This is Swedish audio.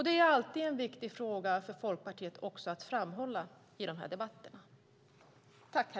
Det är alltid en viktig fråga för Folkpartiet att framhålla i dessa debatter.